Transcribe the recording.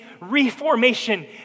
reformation